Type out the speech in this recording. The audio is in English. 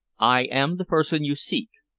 i am the person you seek,